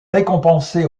récompensé